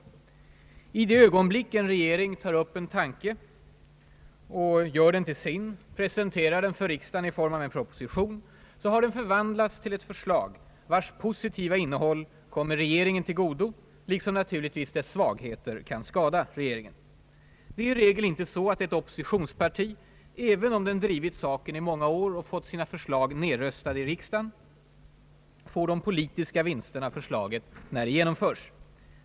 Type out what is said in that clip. I det ögonblick en regering tar upp en tanke, gör den till sin och presenterar den för riksdagen i en proposition, har den förvandlats till ett förslag vars positiva innehåll kommer regeringen till godo, liksom naturligtvis dess svagheter kan skada regeringen. Det är i regel inte så att ett oppositionsparti, även om det drivit saken i många år och fått sina förslag nedröstade i riksdagen, får de politiska vinsterna av förslaget när det genomförs.